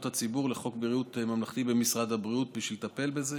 הציבור לחוק ביטוח בריאות ממלכתי במשרד הבריאות בשביל לטפל בזה.